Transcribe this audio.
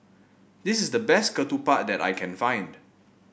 this is the best ketupat that I can find